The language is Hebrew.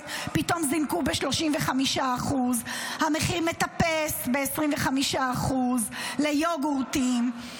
פתאום זינקו ב-35%; המחיר מטפס ב-25% ליוגורטים.